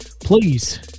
please